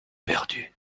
perdue